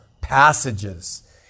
passages